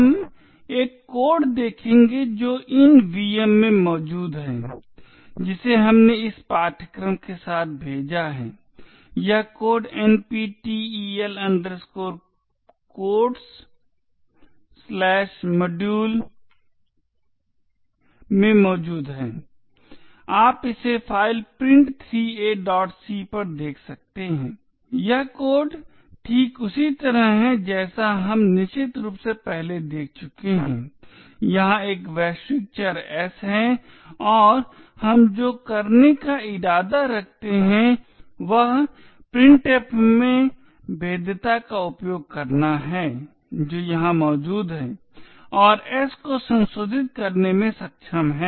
हम एक कोड देखेंगे जो इन vm में मौजूद है जिसे हमने इस पाठ्यक्रम के साथ भेजा हैं यह कोड NPTEL Codesmodule में मौजूद है आप इसे फाइल Print3ac पर देख सकते हैं यह कोड ठीक उसी तरह है जैसा हम निश्चित रूप से पहले देख चुके है यहाँ एक वैश्विक चर s है और हम जो करने का इरादा रखते हैं वह printf में भेद्यता का उपयोग करना है जो यहां मौजूद है और s को संशोधित करने में सक्षम है